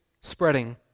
spreading